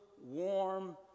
warm